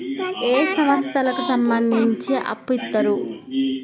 ఏ సంస్థలకు సంబంధించి అప్పు ఇత్తరు?